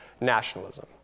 nationalism